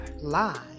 Live